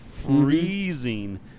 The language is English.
Freezing